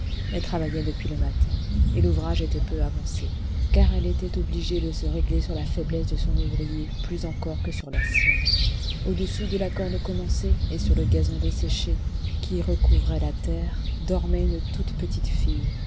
elle travaillait depuis le matin et l'ouvrage était peu avancé car elle était obligée de se régler sur la faiblesse de son ouvrier plus encore que sur la sienne au-dessous de la corde commencée et sur le gazon desséché qui recouvrait la terre dormait une toute petite fille